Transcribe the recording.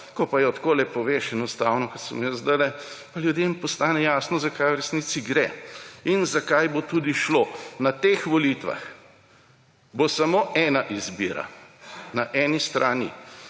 ko pa jo takole poveš, enostavno, kot sem jo jaz zdajle, pa ljudem postane jasno, za kaj v resnici gre. In za kaj bo tudi šlo. Na teh volitvah bo samo ena izbira: na eni strani